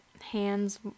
hands